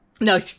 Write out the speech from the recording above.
No